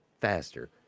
faster